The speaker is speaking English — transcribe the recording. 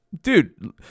dude